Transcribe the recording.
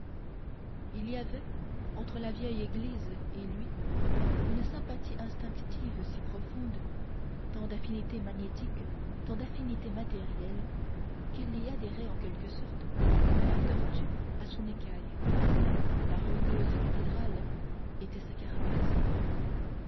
il y avait entre la vieille église et lui une sympathie instinctive si profonde tant d'affinités magnétiques tant d'affinités matérielles qu'il y adhérait en quelque sorte comme la tortue à son écaille la rugueuse cathédrale était sa carapace